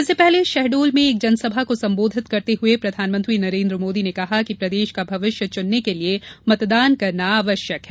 इसके पहले शहडोल में एक जनसभा को सम्बोधित करते हुए प्रधानमंत्री नरेन्द्र मोदी ने कहा कि प्रदेश का भविष्य चुनने के लिये मतदान करना आवश्यक है